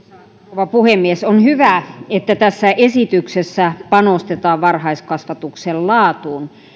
rouva puhemies on hyvä että tässä esityksessä panostetaan varhaiskasvatuksen laatuun